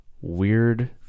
weird